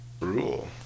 rule